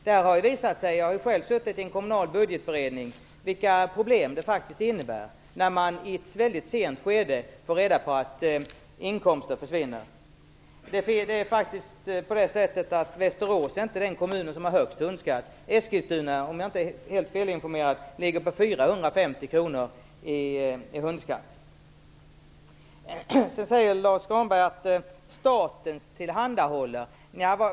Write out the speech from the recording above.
Själv har jag suttit med i en kommunal budgetberedning och där har det visat sig vilka problem det faktiskt för med sig när man i ett väldigt sent skede får reda på att inkomster försvinner. Västerås kommun är faktiskt inte den kommun som har den högsta hundskatten. Eskilstuna kommun ligger, om jag inte är felinformerad, på 450 kr i hundskatt. Sedan säger Lars U Granberg att staten tillhandahåller detta.